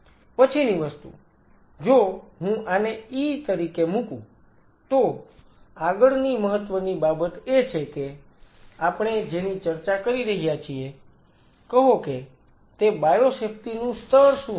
પછીની વસ્તુ જો હું આને E તરીકે મુકું તો આગળની મહત્વની બાબત એ છે કે આપણે જેની ચર્ચા કરી રહ્યા છીએ કહો કે તે બાયોસેફ્ટી નું સ્તર શું છે